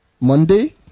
Monday